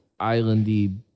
islandy